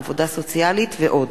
עבודה סוציאלית ועוד,